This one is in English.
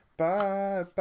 bye